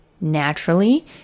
naturally